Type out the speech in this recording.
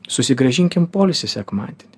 susigrąžinkim poilsį sekmadienį